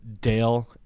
dale